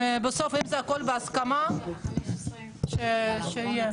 בסוף, אם הכול בהסכמה אז שיהיה.